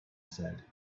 said